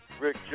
Rick